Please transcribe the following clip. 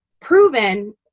proven